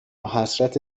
حسرت